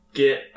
get